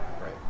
Right